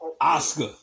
Oscar